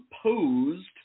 supposed